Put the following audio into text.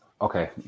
okay